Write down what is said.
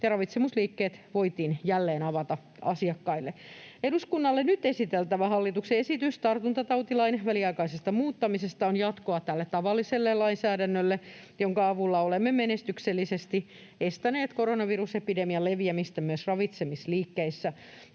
ja ravitsemusliikkeet voitiin jälleen avata asiakkaille. Eduskunnalle nyt esiteltävä hallituksen esitys tartuntatautilain väliaikaisesta muuttamisesta on jatkoa tälle tavalliselle lainsäädännölle, jonka avulla olemme menestyksellisesti estäneet koronavirusepidemian leviämistä myös ravitsemisliikkeissä.